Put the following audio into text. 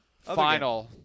final